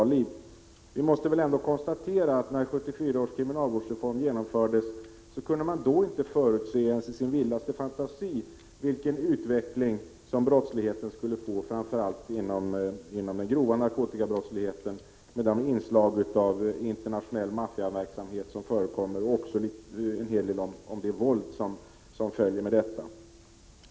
Men vi måste ändå konstatera att man när 1974 års kriminalvårdsreform genomfördes inte ens i sin vildaste fantasi kunde förutse vilken utveckling brottsligheten skulle få, framför allt den grova narkotikabrottsligheten med de inslag av internationell maffiaverksamhet och våld som förekommer.